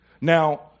Now